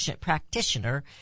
practitioner